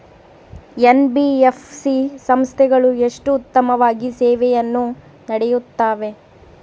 NBFC ಸಂಸ್ಥೆಗಳು ಎಷ್ಟು ಉತ್ತಮವಾಗಿ ಸೇವೆಯನ್ನು ನೇಡುತ್ತವೆ?